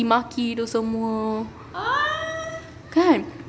maki tu semua kan